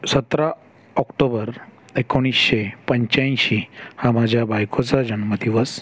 सतरा ऑक्टोबर एकोणीसशे पंच्याऐंशी हा माझ्या बायकोचा जन्मदिवस